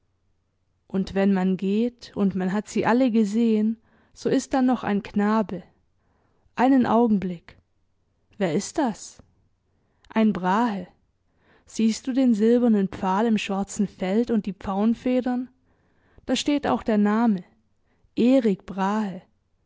und wenn man geht und man hat sie alle gesehen so ist da noch ein knabe einen augenblick wer ist das ein brahe siehst du den silbernen pfahl im schwarzen feld und die pfauenfedern da steht auch der name erik brahe